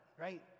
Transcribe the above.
right